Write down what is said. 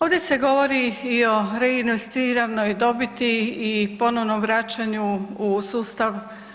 Ovdje se govori i o reinvestiranoj dobiti i ponovno vraćanju u sustav.